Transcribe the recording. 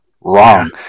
Wrong